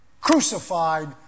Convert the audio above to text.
crucified